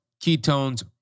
ketones